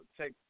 take